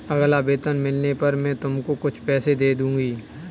अगला वेतन मिलने पर मैं तुमको कुछ पैसे दे दूँगी